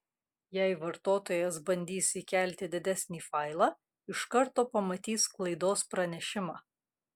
jei vartotojas bandys įkelti didesnį failą iš karto pamatys klaidos pranešimą